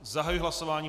Zahajuji hlasování.